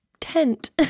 tent